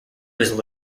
was